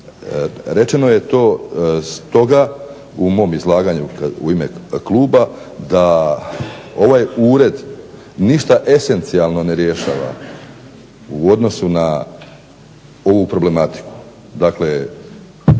Rečeno je to stoga u mom izlaganju u ime kluba da ovaj ured ništa esencijalno ne rješava u odnosu na ovu problematiku. Dakle,